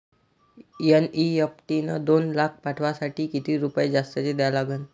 NEFT न दोन लाख पाठवासाठी किती रुपये जास्तचे द्या लागन?